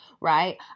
right